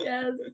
Yes